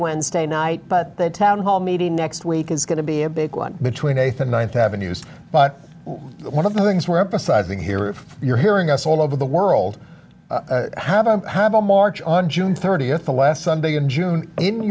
wednesday night but the town hall meeting next week is going to be a big one between eighth and ninth avenues but one of the things we're emphasizing here if you're hearing us all over the world how about have a march on june thirtieth the last sunday in june in new